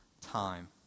time